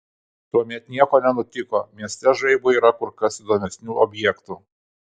tuomet nieko nenutiko mieste žaibui yra kur kas įdomesnių objektų